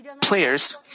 players